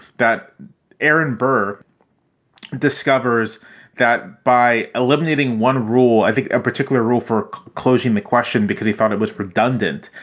that aaron burr discovers that by eliminating one rule, i think a particular rule for closing the question because he thought it was redundant,